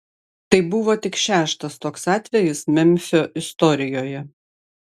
tai buvo tik šeštas toks atvejis memfio istorijoje